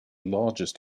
largest